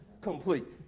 complete